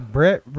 Brett